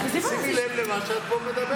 שימי לב למה שאת מדברת פה.